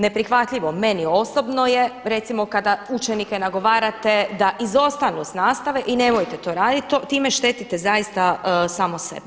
Neprihvatljivo meni osobno je recimo kada učenike nagovarate da izostanu s nastave i nemojte to raditi, time štetite zaista samo sebi.